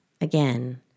again